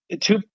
two